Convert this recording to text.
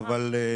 אז אמר,